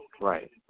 Right